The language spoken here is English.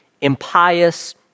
impious